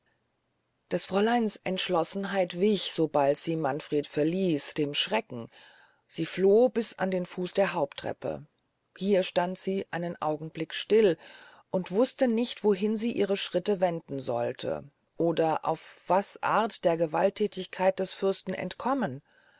des fräuleins entschlossenheit wich sobald sie manfred verließ dem schrecken sie floh bis an den fuß der haupttreppe hier stand sie einen augen blick still und wuste nicht wohin sie ihre schritte wenden solle oder auf was art der gewaltthätigkeit des fürsten entkommen